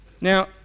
Now